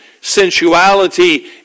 sensuality